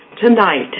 Tonight